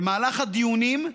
במהלך הדיונים,